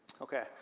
Okay